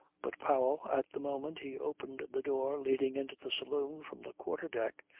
but powell, at the moment he opened the door leading into the saloon from the quarter-deck,